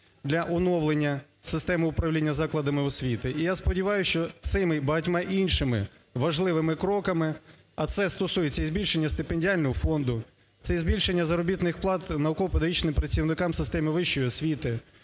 для оновлення системи управління закладами освіти. І я сподіваюся, що цими і багатьма іншими важливими кроками, а це стосується і збільшення стипендіального фонду, це і збільшення заробітних плат науково-педагогічним працівникам в системі вищої освіти,